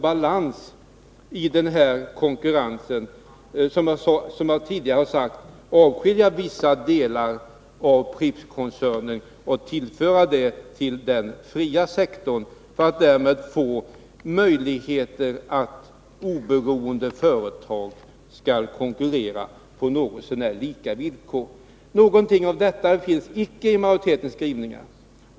balans i den här konkurrensen, skilja ut vissa delar av Prippskoncernen och föra dem till den fria sektorn, för att därmed skapa möjligheter att låta oberoende företag konkurrera på något så när lika villkor. Någonting av detta finns inte i majoritetens skrivningar.